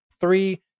Three